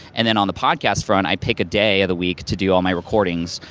and then on the podcast front, i pick a day of the week to do all my recordings,